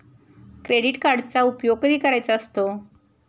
Credit कार्डचा उपयोग कधी करायचा असतो?